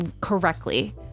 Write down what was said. correctly